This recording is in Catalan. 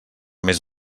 més